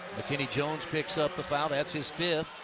mckinney jones picks up the foul. that's his fifth.